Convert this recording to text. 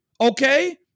okay